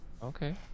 Okay